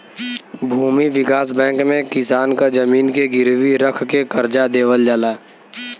भूमि विकास बैंक में किसान क जमीन के गिरवी रख के करजा देवल जाला